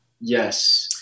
Yes